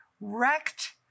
Wrecked